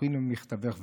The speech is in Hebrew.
סימוכין על מכתבך וכו'.